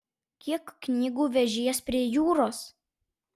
kiek knygų vežies prie jūros